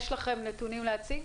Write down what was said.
יש לכם נתונים להציג?